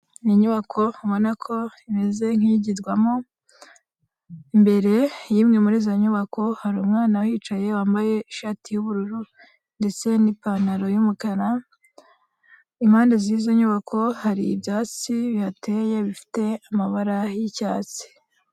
Ni inyubako ubona ko imeze nkigirwamo, imbere yimwe muri izo nyubako hari umwana uhicaye wambaye ishati y'ubururu ndetse n'ipantaro y'umukara. Impande z'izo nyubako hari ibyatsi bihateye bifite amabara y'icyatsi.